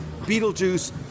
Beetlejuice